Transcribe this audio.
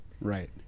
Right